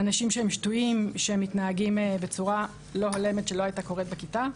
האנשים שם שתויים ומתנהגים בצורה לא הולמת שלא הייתה קורית בכיתה.